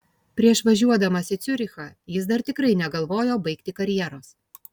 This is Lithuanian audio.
prieš važiuodamas į ciurichą jis dar tikrai negalvojo baigti karjeros